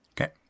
Okay